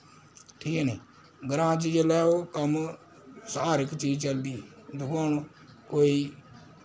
ठीक ऐ नि ग्रां च जिल्लै ओ कम्म हर इक चीज चलदी दिक्खो हुन कोई